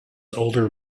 older